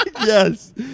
Yes